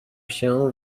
się